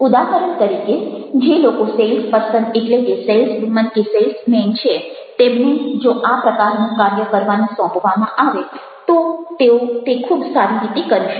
ઉદાહરણ તરીકે જે લોકો સેઈલ્સ પર્સન એટલે કે સેઈલ્સ વુમન કે સેઈલ્સમેન છે તેમને જો આ પ્રકારનું કાર્ય કરવાનું સોંપવામાં આવે તો તેઓ તે ખૂબ સારી રીતે કરી શકે